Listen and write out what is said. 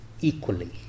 equally